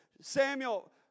Samuel